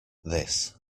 this